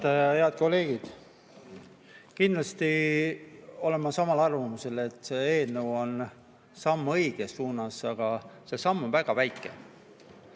Head kolleegid! Kindlasti olen ma samal arvamusel, et see eelnõu on samm õiges suunas. Aga see samm on väga väike.